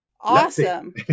awesome